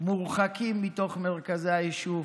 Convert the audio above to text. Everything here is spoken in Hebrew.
מורחקים מתוך מרכזי היישוב.